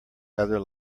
other